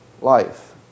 life